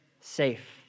safe